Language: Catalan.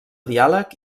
diàleg